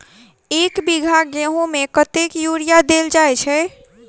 एक बीघा गेंहूँ मे कतेक यूरिया देल जाय छै?